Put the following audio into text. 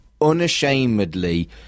unashamedly